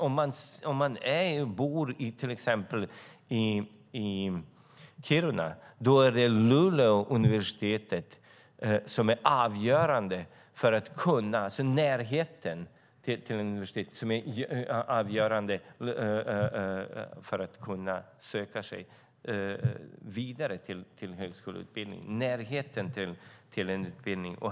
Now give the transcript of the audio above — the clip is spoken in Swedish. Om man bor i till exempel Kiruna är det närheten till Luleå universitet som är avgörande för att kunna söka sig vidare till högskoleutbildning. Det handlar om närheten till en utbildning.